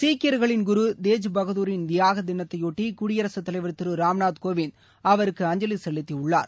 சீக்கியர்களின் குரு தேஜ் பகதுரின் தியாக தினத்தையொட்டி குடியரசுத்தலைவர் திரு ராம் நாத் கோவிந்த் அவருக்கு அஞ்சலி செலுத்தியுள்ளார்